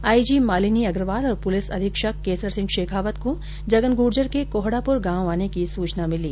IG Malini Agarwal और police अधीक्षक केसर सिंह शेखावत को जगन गुर्जर के कोहडापुरा गांव आने की सूचना मिली